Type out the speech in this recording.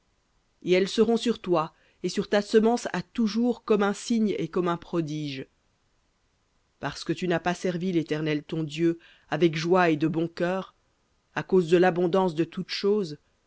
et elles seront sur toi et sur ta semence à toujours comme un signe et comme un prodige parce que tu n'as pas servi l'éternel ton dieu avec joie et de bon cœur à cause de l'abondance de toutes choses